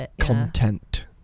content